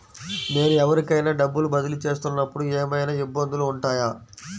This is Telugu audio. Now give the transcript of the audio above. నేను ఎవరికైనా డబ్బులు బదిలీ చేస్తునపుడు ఏమయినా ఇబ్బందులు వుంటాయా?